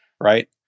right